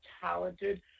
talented